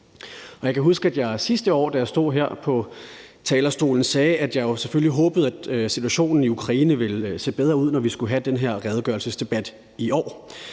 Jeg kan huske, at jeg, da jeg stod på talerstolen sidste år, sagde, at jeg selvfølgelig håbede, at situationen i Ukraine ville se bedre ud, når vi skulle have den her redegørelsesdebat i år.